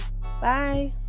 Bye